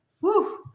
Woo